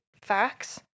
facts